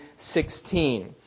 16